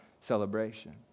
celebration